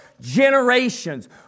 generations